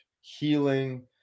healing